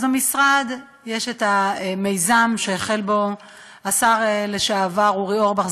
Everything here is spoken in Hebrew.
אז במשרד יש המיזם שהחל בו השר לשעבר אורי אורבך,